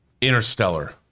Interstellar